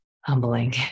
humbling